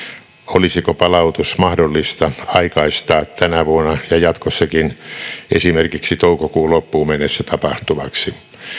olisiko palautus mahdollista aikaistaa tänä vuonna ja jatkossakin esimerkiksi toukokuun loppuun mennessä tapahtuvaksi